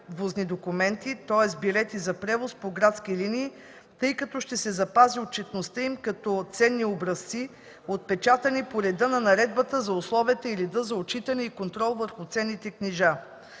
превозни документи, тоест билети за превоз по градски линии, тъй като ще се запази отчетността им като ценни образци, отпечатани по реда на Наредбата за условията и реда за отпечатване и контрол върху ценни книжа.